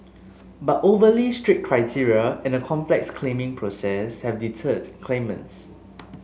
but overly strict criteria and a complex claiming process have deterred claimants